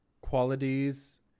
qualities